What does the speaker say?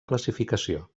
classificació